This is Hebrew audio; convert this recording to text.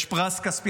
יש פרס כספי,